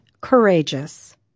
courageous